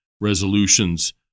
resolutions